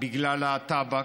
בגלל הטבק,